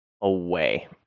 away